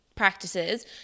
practices